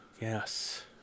Yes